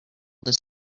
this